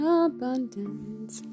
abundance